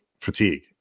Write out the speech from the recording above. fatigue